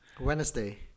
Wednesday